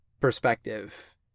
perspective